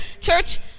Church